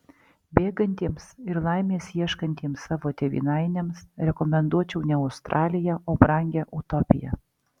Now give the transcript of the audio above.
bėgantiems ir laimės ieškantiems savo tėvynainiams rekomenduočiau ne australiją o brangią utopiją